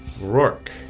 Rourke